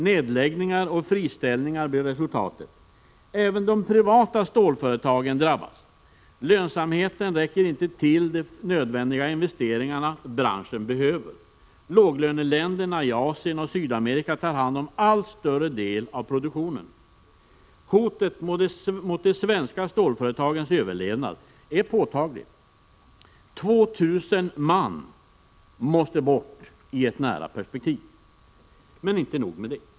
Nedläggningar och friställningar blir resultatet. Även de privata stålföretagen drabbas. Lönsamheten räcker inte till de nödvändiga investeringar som branschen behöver. Låglöneländerna i Asien och Sydamerika tar hand om en allt större del av produktionen. Hotet mot de svenska stålföretagens överlevnad är påtaglig. 2 000 man måste bort i ett nära perspektiv. Men det är inte nog med detta.